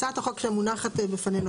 הצעת החוק שמונחת בפנינו,